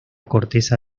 corteza